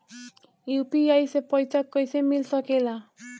UPI से पइसा कईसे मिल सके ला?